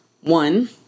one